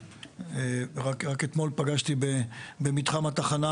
רק אתמול פגשתי במתחם התחנה,